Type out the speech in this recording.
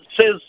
says